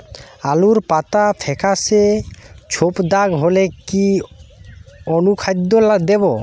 আলুর পাতা ফেকাসে ছোপদাগ হলে কি অনুখাদ্য দেবো?